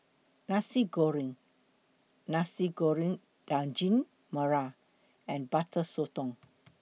Nasi Goreng Nasi Goreng Daging Merah and Butter Sotong